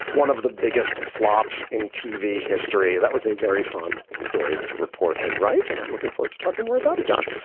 one of the biggest flops in tv history. that was a very fun story to report and write, and i'm looking forward to talking more about it, josh.